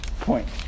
point